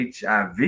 HIV